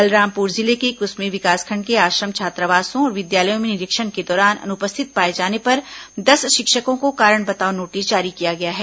बलरामप्र जिले के क्समी विकासखंड के आश्रम छात्रावासों और विद्यालयों में निरीक्षण के दौरान अनुपस्थित पाए जाने पर दस शिक्षकों को कारण बताओ नोटिस जारी किया गया है